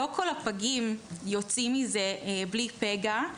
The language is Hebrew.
לא כל הפגים יוצאים מזה בלי פגע.